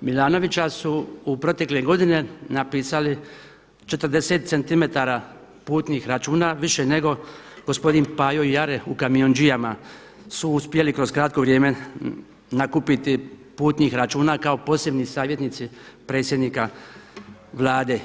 Milanovića su u protekle godine napisali 40 cm putnih računa više nego gospodin Pajo Jare u kamionđijama su uspjeli kroz kratko vrijeme nakupiti putnih računa kao posebni savjetnici predsjednika Vlade.